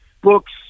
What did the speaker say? books